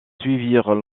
suivirent